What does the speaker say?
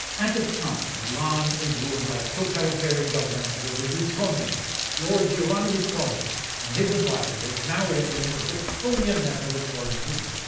at the time milan is ruled by a totalitarian government under the visconti family. lord giovanni visconti and his advisers now implement a draconian method of quarantine.